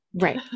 Right